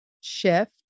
shift